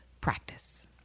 Practice